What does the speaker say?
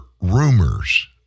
rumors